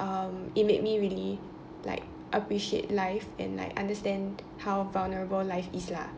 um it made really like appreciate life and like understand how vulnerable life is lah